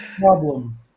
problem